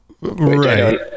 Right